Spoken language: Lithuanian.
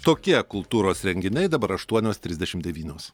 tokie kultūros renginiai dabar aštuonios trisdešimt devynios